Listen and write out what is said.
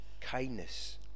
kindness